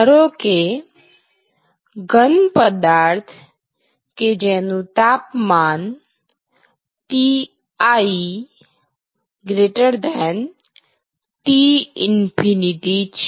ધારોકે ઘન પદાર્થ કે જેનું તાપમાન Ti T∞ છે